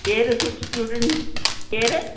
केरु स्टूडंट केरु